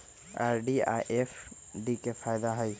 RD आ FD के कि फायदा हई?